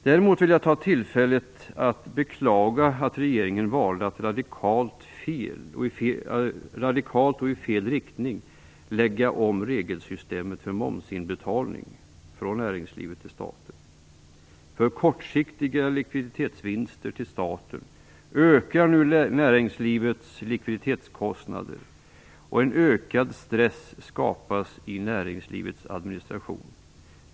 Dessutom vill jag ta tillfället i akt att beklaga att regeringen valde att radikalt och i fel riktning lägga om regelsystemet för momsinbetalning från näringslivet till staten. För kortsiktiga likviditetsvinster till staten ökar nu näringslivets likviditetskostnader, och en ökad stress skapas i näringslivets administration.